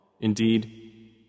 Indeed